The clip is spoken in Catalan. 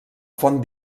font